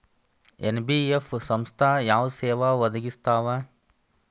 NBF ಸಂಸ್ಥಾ ಯಾವ ಸೇವಾ ಒದಗಿಸ್ತಾವ?